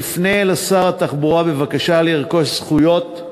יפנה לשר התחבורה בבקשה לרכוש זכויות,